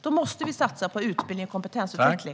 Då måste vi satsa på utbildning och kompetensutveckling.